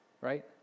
right